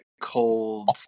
Cold